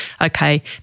okay